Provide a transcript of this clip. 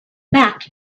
back